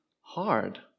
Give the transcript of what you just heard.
hard